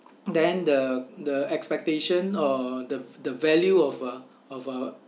then the the expectation or the the value of uh of uh